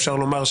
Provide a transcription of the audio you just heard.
אפשר לומר,